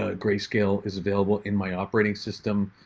ah grayscale is available in my operating system.